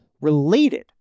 related